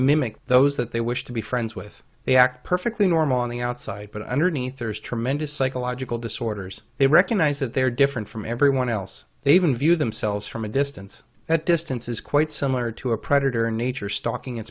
mimic those that they wish to be friends with they act perfectly normal on the outside but underneath there's tremendous psychological disorders they recognize that they are different from everyone else they even view themselves from a distance that distance is quite similar to a predator nature stalking